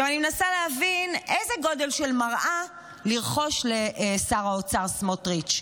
אני מנסה להבין איזה גודל של מראה לרכוש לשר האוצר סמוטריץ',